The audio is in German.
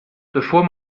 bevor